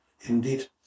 indeed